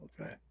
Okay